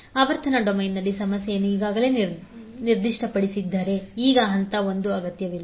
ಆವರ್ತನ ಡೊಮೇನ್ನಲ್ಲಿ ಸಮಸ್ಯೆಯನ್ನು ಈಗಾಗಲೇ ನಿರ್ದಿಷ್ಟಪಡಿಸಿದ್ದರೆ ಈಗ ಹಂತ 1 ಅಗತ್ಯವಿಲ್ಲ